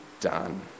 done